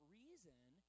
reason